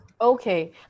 Okay